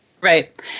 Right